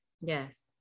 Yes